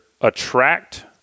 attract